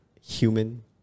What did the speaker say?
human